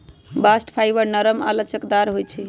bast fibre नरम आऽ लचकदार होइ छइ